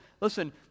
listen